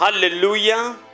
Hallelujah